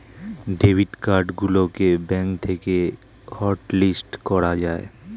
debit card গুলোকে bank থেকে hotlist করা যায়